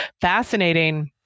fascinating